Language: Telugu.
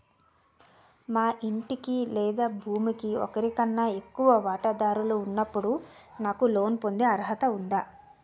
మా ఇంటికి లేదా భూమికి ఒకరికన్నా ఎక్కువ వాటాదారులు ఉన్నప్పుడు నాకు లోన్ పొందే అర్హత ఉందా?